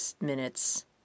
minutes